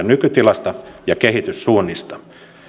nykytilasta ja kehityssuunnista